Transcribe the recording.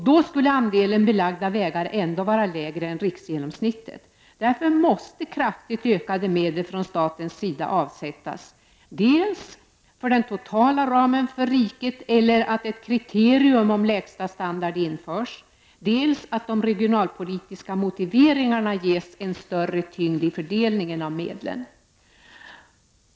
Då skulle andelen belagda vägar ändå vara lägre än riksgenomsnittet. Därför måste kraftigt ökade medel från statens sida avsättas, dels för den totala ramen för riket, eller att ett kriterium om lägsta standard införs, dels att de regionalpolitiska motiveringarna ges en större tyngd i fördelningen av medlen.